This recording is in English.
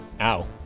ow